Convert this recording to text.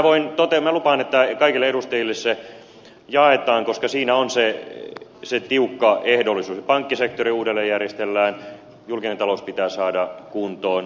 minä lupaan että kaikille edustajille se jaetaan koska siinä on se tiukka ehdollisuus että pankkisektori uudelleenjärjestellään julkinen talous pitää saada kuntoon